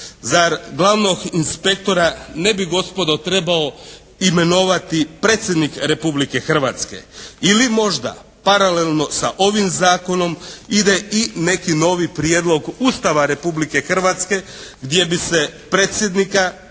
Zar glavnog inspektora ne bi gospodo trebao imenovati Predsjednik Republike Hrvatske? Ili možda, paralelno sa ovim zakonom ide i neki novi prijedlog Ustava Republike Hrvatske gdje bi se Predsjednika